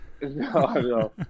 no